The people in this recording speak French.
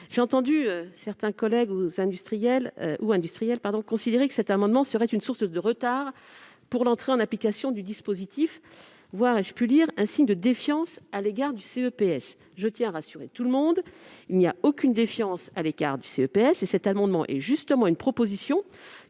J'ai entendu certains collègues ou industriels considérer que l'adoption de cet amendement serait une source de retard pour l'entrée en application du dispositif, voire, ai-je pu lire, un signe de défiance à l'égard du CEPS. Je tiens à rassurer tout le monde : nous n'exprimons aucune défiance envers le CEPS et la commission n'a formulé cette proposition